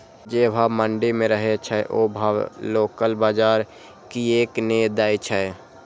जे भाव मंडी में रहे छै ओ भाव लोकल बजार कीयेक ने दै छै?